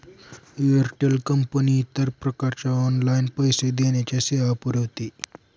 Airtel company इतर प्रकारच्या online पैसे देण्याच्या सेवा पुरविते